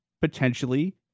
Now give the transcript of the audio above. potentially